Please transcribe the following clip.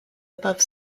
above